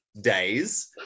days